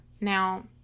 Now